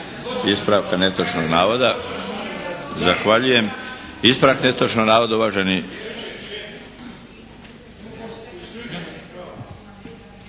ispravka netočnog navoda. Zahvaljujem. Ispravak netočnog navoda uvaženi